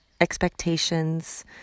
expectations